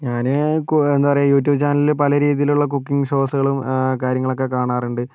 ഞാൻ കു എന്താ പറയുക യൂട്യൂബ് ചാനലിൽ പലരീതിയിലുള്ള കുക്കിംഗ് ഷോസുകളും കാര്യങ്ങളൊക്കെ കാണാറുണ്ട്